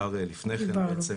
גם בעיני.